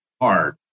hard